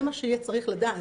זה מה שיהיה צריך לדעת: